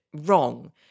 wrong